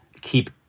keep